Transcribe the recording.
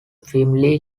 firmly